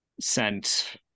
sent